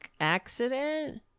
accident